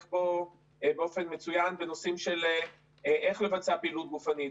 בו באופן מצוין בנושאים של איך לבצע פעילות גופנית.